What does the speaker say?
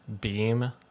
beam